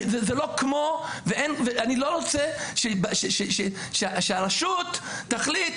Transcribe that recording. אני לא רוצה שהרשות תחליט,